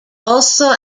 also